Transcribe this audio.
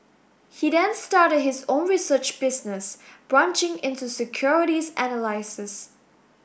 he then started his own research business branching into securities analysis